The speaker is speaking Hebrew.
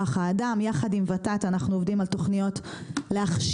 להכשיר את אנשי האקדמיה לחשוב כיזמים,